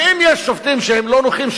ואם יש שופטים שהם לא נוחים,